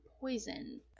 poison